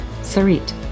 Sarit